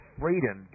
freedom